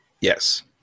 Yes